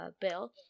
bill